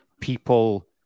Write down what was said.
people